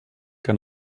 que